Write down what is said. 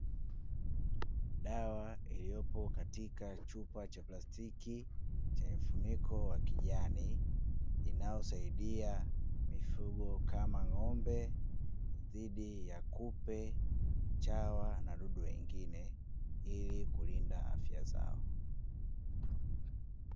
Dawa iliyopo katika chupa cha plastiki chenye mfuniko wa kijani inayosaidia mifugo kama ng'ombe dhidi: ya kupe, chawa na wadudu wengine ili kulinda afya zao.